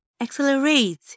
accelerate